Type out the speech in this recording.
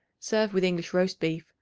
serve with english roast-beef,